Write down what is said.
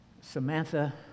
Samantha